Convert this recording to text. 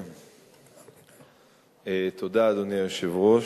אדוני היושב-ראש,